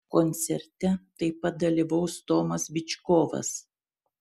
koncerte taip pat dalyvaus tomas byčkovas